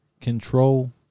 control